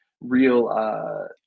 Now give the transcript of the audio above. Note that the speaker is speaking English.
real